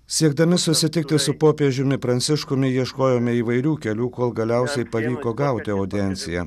siekdami susitikti su popiežiumi pranciškumi ieškojome įvairių kelių kol galiausiai pavyko gauti audienciją